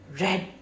red